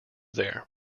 there